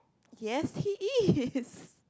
yes he is